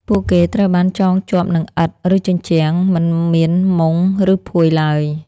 ពួកគេត្រូវបានចងជាប់នឹងឥដ្ឋ ឬជញ្ជាំង មិនមានមុង ឬភួយឡើយ។